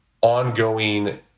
ongoing